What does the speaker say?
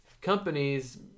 Companies